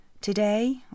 Today